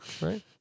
right